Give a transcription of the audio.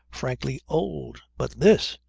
frankly old. but this!